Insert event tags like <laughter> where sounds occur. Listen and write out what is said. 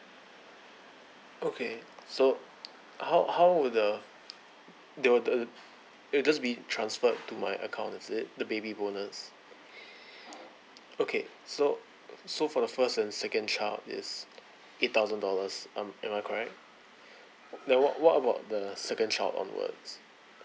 okay so how how would the they would the it just be transferred to my account is it the baby bonus <breath> okay so so for the first and second child is eight thousand dollars um am I correct then what what about the second child onwards